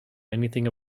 anything